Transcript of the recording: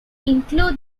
include